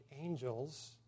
angels